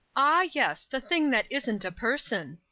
ah yes, the thing that isn't a person.